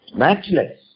matchless